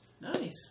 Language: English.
Nice